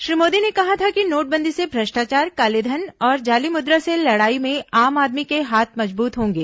श्री मोदी ने कहा था कि नोटबंदी से भ्रष्टाचार कालेघन और जाली मुद्रा से लडाई में आम आदमी के हाथ मजबूत होंगे